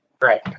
Right